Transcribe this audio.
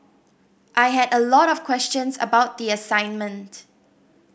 I had a lot of questions about the assignment